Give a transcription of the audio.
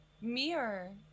Mirror